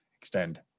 extend